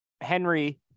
Henry